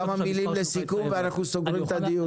כמה מילים לסיכום ואנחנו סוגרים את הדיון.